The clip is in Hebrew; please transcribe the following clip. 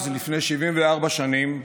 אז, לפני 74 שנים,